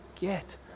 get